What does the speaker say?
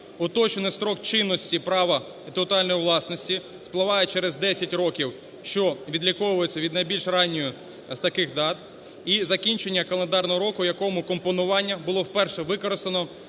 Уточнений строк чинності права інтелектуальної власності спливає через 10 років, що відліковується від найбільш ранньої з таких дат. І закінчення календарного року, в якому компонування було вперше використано,